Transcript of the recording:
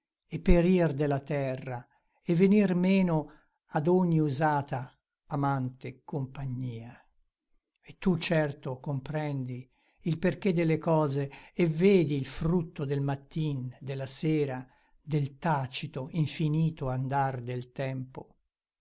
e perir dalla terra e venir meno ad ogni usata amante compagnia e tu certo comprendi il perché delle cose e vedi il frutto del mattin della sera del tacito infinito andar del tempo